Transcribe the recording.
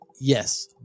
Yes